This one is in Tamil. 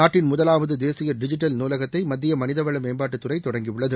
நாட்டின் முதலாவது தேசிய டிஜிட்டல் நூலகத்தை மத்திய மனிதவள மேம்பாட்டுத் துறை தொடங்கியுள்ளது